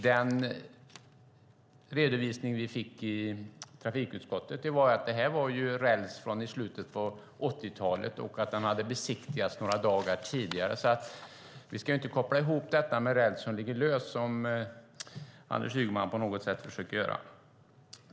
Den redovisning vi fick i trafikutskottet var att det var räls från slutet av 80-talet som hade besiktigats några dagar tidigare. Vi ska inte koppla ihop det med räls som ligger lös, vilket Anders Ygeman försöker göra.